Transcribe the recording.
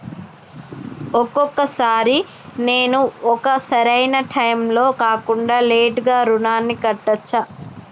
ఒక్కొక సారి నేను ఒక సరైనా టైంలో కాకుండా లేటుగా రుణాన్ని కట్టచ్చా?